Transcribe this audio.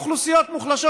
אוכלוסיות מוחלשות.